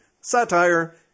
Satire